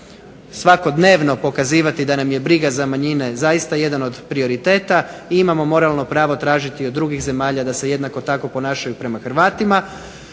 svakodnevno pokazivati da nam je briga za manjine zaista jedan od prioriteta, i imamo moralno pravo tražiti od drugih zemalja da se jednako tako ponašaju prema Hrvatima.